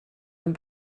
and